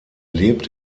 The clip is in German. lebt